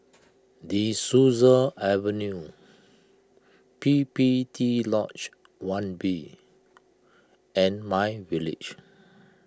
De Souza Avenue P P T Lodge one B and MyVillage